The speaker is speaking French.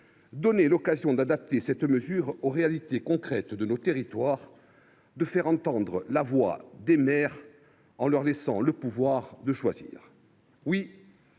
Michel Arnaud, d’adapter cette mesure aux réalités concrètes de nos territoires, et de faire entendre la voix des maires en leur laissant le pouvoir de choisir.